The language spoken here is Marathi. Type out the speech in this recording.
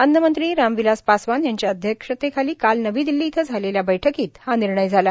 अन्नमंत्री रामविलास पासवान यांच्या अध्यक्षतेखाली काल नवी दिल्ली इथं झालेल्या बैठकीत हा निर्णय झाला